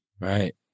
right